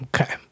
Okay